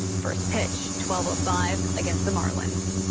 first pitch twelve five against the marlins.